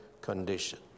condition